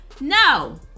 No